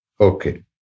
Okay